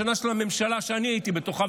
השנה של הממשלה שאני הייתי בתוכה,